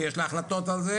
ויש לה החלטות על זה